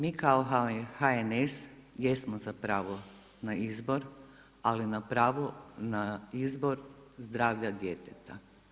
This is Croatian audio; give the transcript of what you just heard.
Mi kao HNS jesmo za pravo na izbor, ali na pravo na izbor zdravlja djeteta.